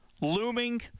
looming